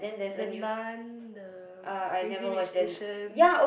the Nun the Crazy Rich Asian